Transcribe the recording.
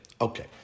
Okay